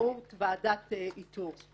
באמצעות ועדת איתור.